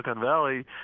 Valley